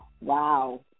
wow